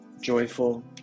joyful